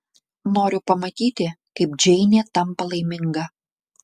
noriu pamatyti kaip džeinė tampa laiminga